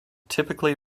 typically